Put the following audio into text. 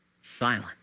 silent